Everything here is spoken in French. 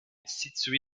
situé